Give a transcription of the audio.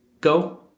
go